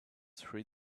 three